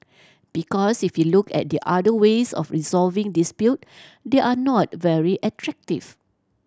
because if you look at the other ways of resolving dispute they are not very attractive